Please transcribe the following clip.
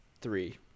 three